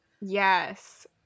Yes